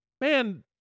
man